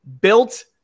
built